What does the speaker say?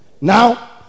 now